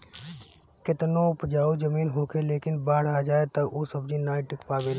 केतनो उपजाऊ जमीन होखे लेकिन बाढ़ आ जाए तअ ऊ सब्जी नाइ टिक पावेला